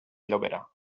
llobera